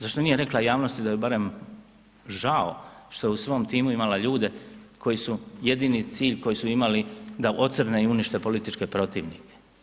Zašto nije rekla javnosti da joj je barem žao što je u svom timu imala ljude koji su, jedini cilj koji su imali da ocrne i unište političke protivnike?